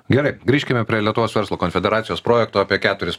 gerai grįžkime prie lietuvos verslo konfederacijos projekto apie keturis